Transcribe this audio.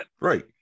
right